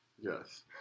Yes